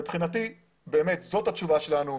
מבחינתי זאת התשובה שלנו.